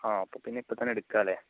ആ അപ്പോൾ പിന്നെ ഇപ്പോൾ തന്നെ എടുക്കാമല്ലേ